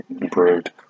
improved